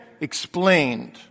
explained